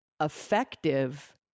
effective